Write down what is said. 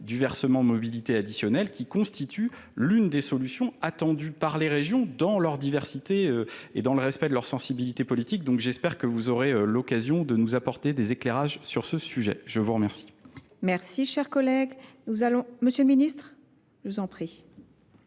du versement de mobilité additionnelle, qui constitue l'une des solutions attendues par les régions dans leur diversité et dans le respect de leur sensibilité politique, Donc j'espère que vous aurez l'occasion de nous apporter des éclairages sur ce sujet. Je vous remercie. Cher collègue, nous allons, M. le Ministre, je vous en prie.